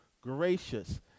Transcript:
gracious